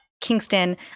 Kingston